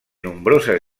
nombroses